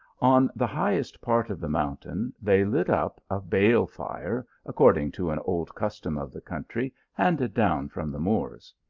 on the highest part of the mountain they lit up a bale fire, according to an old custom of the country handed down from the moors.